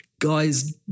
Guys